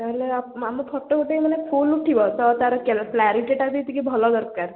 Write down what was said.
ତାହାଲେ ଆମ ଆମ ଫଟୋ ଗୋଟେ ମାନେ ଫୁଲ୍ ଉଠିବ ତ ତାର କ୍ଲାରିଟିଟା ବି ଟିକିଏ ଭଲ ଦରକାର